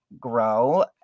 grow